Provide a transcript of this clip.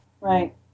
Right